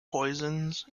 poisons